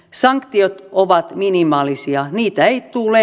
sanktiot ovat minimaalisia niitä ei tule